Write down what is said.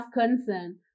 concern